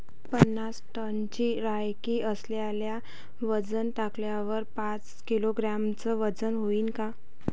पन्नास टनची लायकी असलेल्या वजन काट्यावर पाच किलोग्रॅमचं वजन व्हईन का?